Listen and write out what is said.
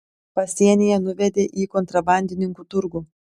pasienyje nuvedė į kontrabandininkų turgų